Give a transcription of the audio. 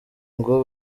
ngo